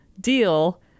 deal